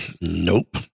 Nope